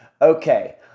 Okay